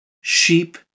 sheep